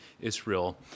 Israel